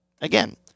again